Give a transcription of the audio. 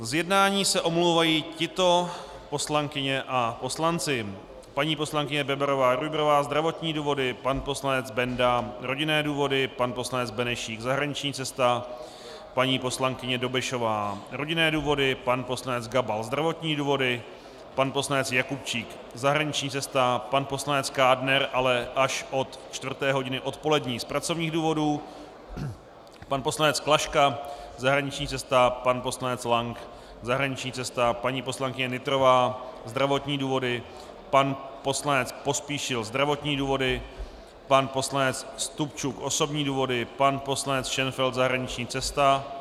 Z jednání se omlouvají tyto poslankyně a poslanci: paní poslankyně Bebarová Rujbrová zdravotní důvody, pan poslanec Benda rodinné důvody, pan poslanec Benešík zahraniční cesta, paní poslankyně Dobešová rodinné důvody, pan poslanec Gabal zdravotní důvody, pan poslanec Jakubčík zahraniční cesta, pan poslanec Kádner ale až od čtvrté hodiny odpolední z pracovních důvodů, pan poslanec Klaška zahraniční cesta, pan poslanec Lank zahraniční cesta, paní poslankyně Nytrová zdravotní důvody pan poslanec Pospíšil zdravotní důvody, pan poslanec Stupčuk osobní důvody, pan poslanec Šenfeld zahraniční cesta.